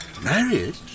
Married